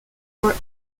for